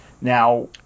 Now